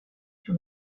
sur